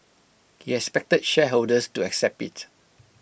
he expected shareholders to accept IT